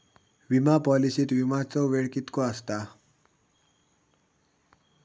विमा पॉलिसीत विमाचो वेळ कीतको आसता?